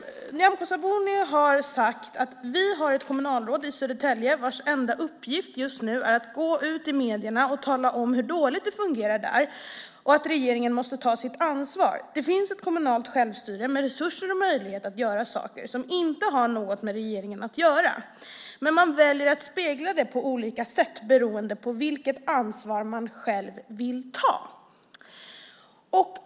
Nyamko Sabuni har sagt: "Vi har ett kommunalråd i Södertälje vars enda uppgift just nu är att gå ut i medierna och tala om hur dåligt det fungerar där och att regeringen måste ta sitt ansvar. - Det finns kommunalt självstyre, med resurser och möjligheter att göra saker, som inte har något med regeringen att göra. Men man väljer att spegla det på olika sätt beroende på vilket ansvar man själv vill ta."